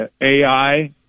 AI